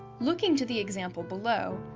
looking to the example below,